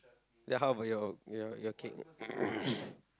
ya how about your your your cake